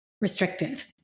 restrictive